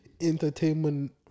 entertainment